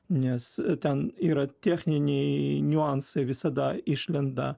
nes ten yra techniniai niuansai visada išlenda